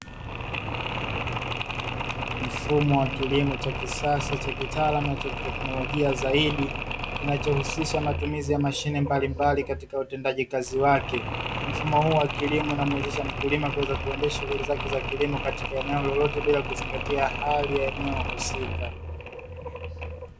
Mfumo wa kilimo cha kisasa, cha kitaalamu na kiteknolojia zaidi, kinachohusisha matumizi ya mashine mbalimbali katika utendaji kazi wake. Mfumo huu wa kilimo unamuwezesha mkulima kuweza kuendesha shughuli zake za kilimo katika eneo lolote, bila kuzingatia hali ya eneo husika.